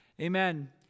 Amen